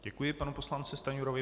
Děkuji panu poslanci Stanjurovi.